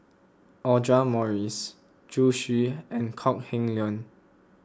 Audra Morrice Zhu Xu and Kok Heng Leun